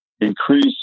increase